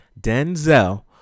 Denzel